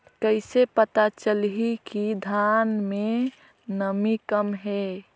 कइसे पता चलही कि धान मे नमी कम हे?